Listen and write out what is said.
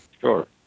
Sure